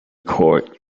court